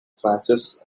frances